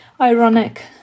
ironic